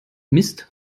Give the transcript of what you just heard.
mist